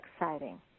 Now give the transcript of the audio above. exciting